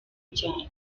njyana